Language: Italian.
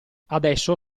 adesso